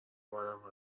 منم